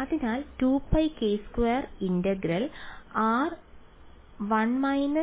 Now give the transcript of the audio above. അതിനാൽ 2πk2 integral r 1 −